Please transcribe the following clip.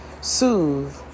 soothe